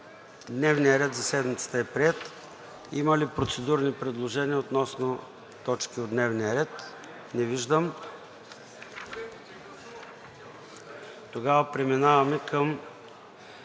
Дневният ред за седмицата е приет. Има ли процедурни предложения относно точки от дневния ред? Не виждам. Преди да преминем към